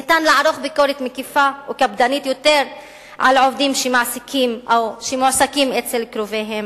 ניתן לערוך ביקורת מקיפה וקפדנית יותר על עובדים שמועסקים אצל קרוביהם,